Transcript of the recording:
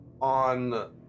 on